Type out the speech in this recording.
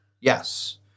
Yes